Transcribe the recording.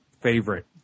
favorite